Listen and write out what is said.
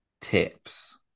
tips